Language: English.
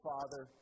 Father